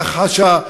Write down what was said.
בהכחשה,